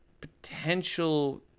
potential